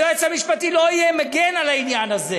היועץ המשפטי לא יהיה מגן לעניין הזה.